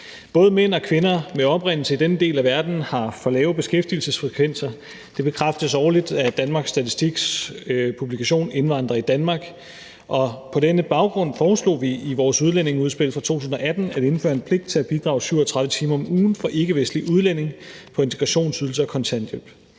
Både mænd og kvinder med oprindelse i denne del af verden har for lave beskæftigelsesfrekvenser. Det bekræftes årligt af Danmarks Statistiks publikation Indvandrere i Danmark, og på denne baggrund foreslog vi i vores udlændingeudspil fra 2018 at indføre en pligt til at bidrage 37 timer om ugen for ikkevestlige udlændinge på integrationsydelse og kontanthjælp.